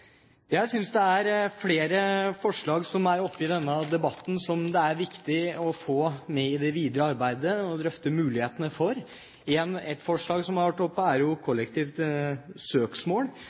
Jeg synes det er flere forslag som er oppe i denne debatten, som det er viktig å få med i det videre arbeidet og drøfte mulighetene for. Et forslag som har vært oppe, er kollektivt søksmål,